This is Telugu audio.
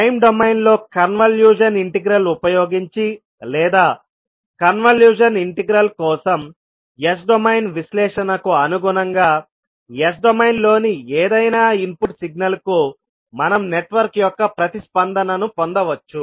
టైమ్ డొమైన్లో కన్వల్యూషన్ ఇంటిగ్రల్ ఉపయోగించి లేదా కన్వల్యూషన్ ఇంటిగ్రల్ కోసం S డొమైన్ విశ్లేషణకు అనుగుణంగా S డొమైన్ లోని ఏదైనా ఇన్పుట్ సిగ్నల్ కు మనం నెట్వర్క్ యొక్క ప్రతిస్పందనను పొందవచ్చు